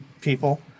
people